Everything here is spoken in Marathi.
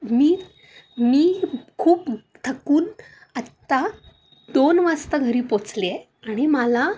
मी मी खूप थकून आत्ता दोन वाजता घरी पोहचले आहे आणि मला